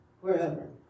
wherever